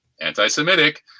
anti-Semitic